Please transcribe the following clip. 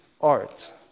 art